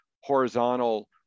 horizontal